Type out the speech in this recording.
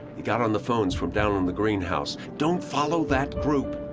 he got on the phones from down in the greenhouse. don't follow that group.